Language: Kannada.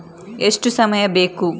ಎಷ್ಟು ಸಮಯ ಬೇಕು?